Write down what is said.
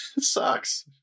Sucks